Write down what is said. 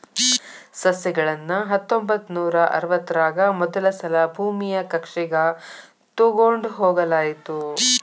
ಸಸ್ಯಗಳನ್ನ ಹತ್ತೊಂಬತ್ತನೂರಾ ಅರವತ್ತರಾಗ ಮೊದಲಸಲಾ ಭೂಮಿಯ ಕಕ್ಷೆಗ ತೊಗೊಂಡ್ ಹೋಗಲಾಯಿತು